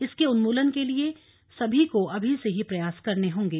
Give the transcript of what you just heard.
इसके उन्मूलन के लिए सभी को अभी से ही प्रयास करने होंगे